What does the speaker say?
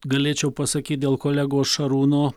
galėčiau pasakyt dėl kolegos šarūno